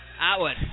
Atwood